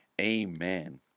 Amen